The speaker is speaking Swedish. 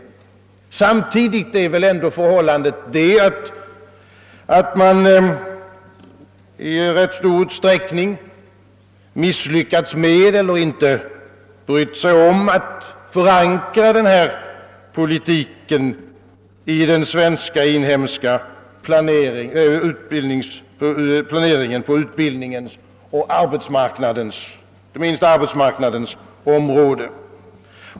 Men samtidigt är förhållandet det att man i ganska stor utsträckning misslyckats med eller inte brytt sig om att förankra denna politik i den svenska inhemska planeringen på utbildningens och inte minst arbetsmarknadens område.